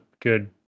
good